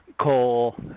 coal